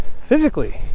Physically